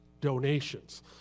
donations